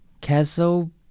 Castle